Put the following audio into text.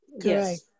Yes